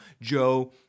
Joe